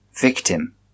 Victim